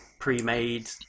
pre-made